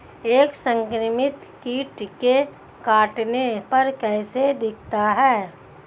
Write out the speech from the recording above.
एक संक्रमित कीट के काटने पर कैसा दिखता है?